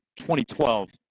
2012